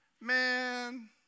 man